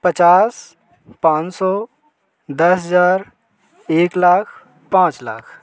पचास पाँच सौ दस हजार एक लाख पाँच लाख